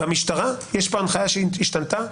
במשטרה יש פה הנחיה שהשתנתה,